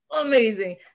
amazing